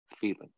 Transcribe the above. feeling